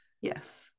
Yes